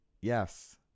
Yes